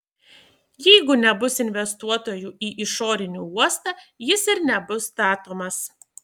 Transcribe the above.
jeigu nebus investuotojų į išorinį uostą jis ir nebus statomas